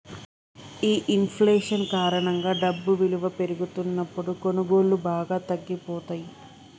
ఈ ఇంఫ్లేషన్ కారణంగా డబ్బు ఇలువ పెరుగుతున్నప్పుడు కొనుగోళ్ళు బాగా తగ్గిపోతయ్యి